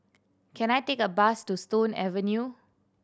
can I take a bus to Stone Avenue